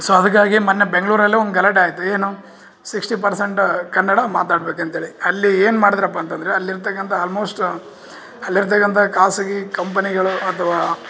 so ಅದಕ್ಕಾಗಿ ಮೊನ್ನೆ ಬೆಂಗಳೂರಲ್ಲಿ ಒಂದು ಗಲಾಟೆ ಆಯಿತು ಏನು ಸಿಕ್ಸ್ಟಿ ಪರ್ಸೆಂಟ್ ಕನ್ನಡ ಮಾತಾಡ್ಬೇಕು ಅಂತೇಳಿ ಅಲ್ಲಿ ಏನು ಮಾಡಿದ್ರಪ್ಪ ಅಂತ ಅಂದರೆ ಅಲ್ಲಿರ್ತಕ್ಕಂಥ ಆಲ್ಮೋಸ್ಟ್ ಅಲ್ಲಿರ್ತಕ್ಕಂಥ ಖಾಸಗಿ ಕಂಪನಿಗಳು ಅಥವಾ